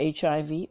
HIV